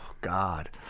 God